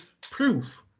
proof